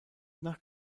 nach